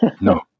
no